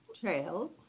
Trails